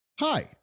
Hi